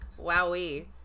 Wowee